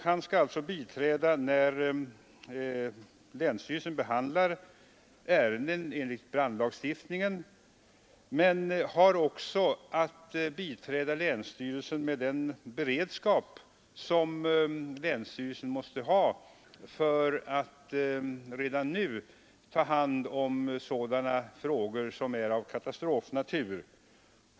Han skall biträda när länsstyrelsen behandlar ärenden enligt brandlagstiftningen men har också att biträda länsstyrelsen med den beredskap som länsstyrelsen måste ha redan nu för att ta hand om frågor av katastrofnatur.